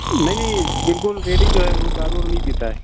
नहीं नहीं बिल्कुल रेडी जो है वो दारू उरू नहीं पीता है